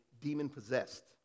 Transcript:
demon-possessed